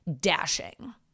dashing